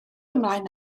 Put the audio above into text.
ymlaen